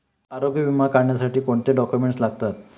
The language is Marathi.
आरोग्य विमा काढण्यासाठी कोणते डॉक्युमेंट्स लागतात?